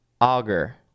auger